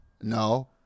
no